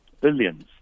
billions